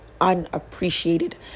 unappreciated